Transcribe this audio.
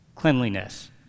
cleanliness